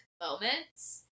moments